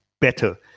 better